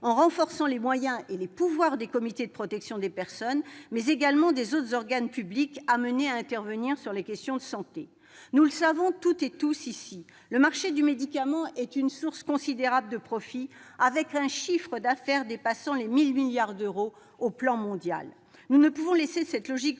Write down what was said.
en renforçant les moyens et les pouvoirs des comités de protection des personnes, mais également des autres organes publics amenés à intervenir sur les questions de santé. Nous le savons toutes et tous ici : le marché du médicament est une source considérable de profits, avec un chiffre d'affaires dépassant 1 000 milliards d'euros au plan mondial ! Nous ne pouvons laisser cette logique